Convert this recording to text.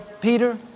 Peter